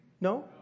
No